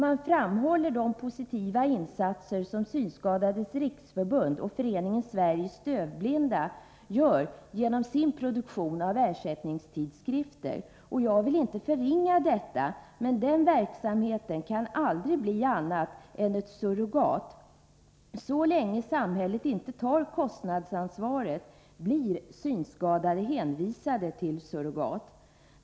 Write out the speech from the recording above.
Man framhåller de positiva insatser som Synskadades riksförbund och Föreningen Sveriges dövblinda gör genom sin produktion av ersättningstidskrifter. Jag vill inte förringa detta, men den verksamheten kan aldrig bli annat än ett surrogat. Så länge samhället inte tar kostnadsansvaret blir synskadade hänvisade till surrogat.